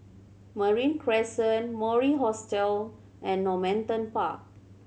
Marine Crescent Mori Hostel and Normanton Park